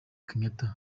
kenyatta